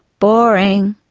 boring.